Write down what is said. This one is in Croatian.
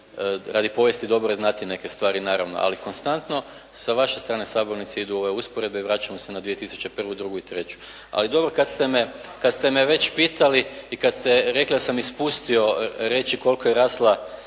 Radi povijesti dobro je znati neke stvari naravno. Ali konstantno sa vaše strane sabornice idu ove usporedbe i vraćamo se na 2001., 2002. i 2003. Ali dobro kad ste me već pitali i kad ste rekli da sam ispustio reći koliko je rasla